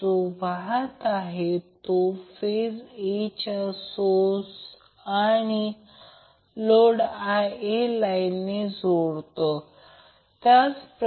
ज्या प्रकारे आपण DC सर्किटसाठी बनवले आहे त्याच प्रकारे आपण ते करतो त्याचप्रमाणे Z मिळेल जर Z ∆ हा 3 Z Y असेल तर किंवा ZY हा 13 Z∆ असेल त्याच प्रकारे ते करा त्याचप्रमाणे ते मिळेल